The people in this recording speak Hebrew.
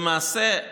למעשה,